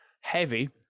heavy